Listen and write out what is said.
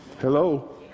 Hello